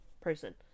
person